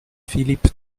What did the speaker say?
philippe